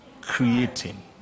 creating